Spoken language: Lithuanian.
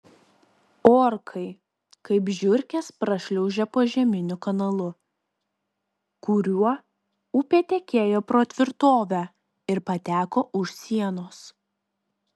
orkai kaip žiurkės prašliaužė požeminiu kanalu kuriuo upė tekėjo pro tvirtovę ir pateko už sienos